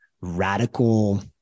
radical